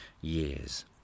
years